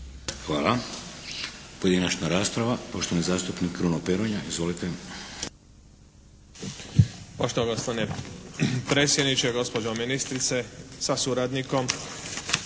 Hvala. Pojedinačna rasprava. Poštovani zastupnik Kruno Peronja. Izvolite. **Peronja, Kruno (HDZ)** Poštovani gospodine predsjedniče, gospođo ministrice sa suradnikom.